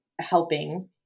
Helping